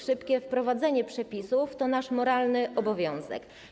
Szybkie wprowadzenie przepisów to nasz moralny obowiązek.